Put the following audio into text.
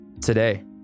Today